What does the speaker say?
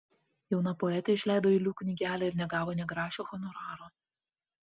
jauna poetė išleido eilių knygelę ir negavo nė grašio honoraro